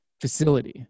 facility